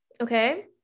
okay